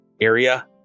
area